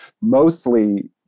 Mostly